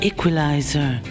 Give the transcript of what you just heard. Equalizer